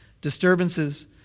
disturbances